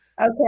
Okay